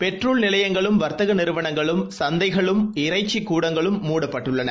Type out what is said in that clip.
petrol நிலையங்களும் வர்த்தகநிறுவனங்களும் சந்தைகளும் இறைச்சிக் கூடங்களும் முடப்பட்டுள்ளன